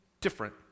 different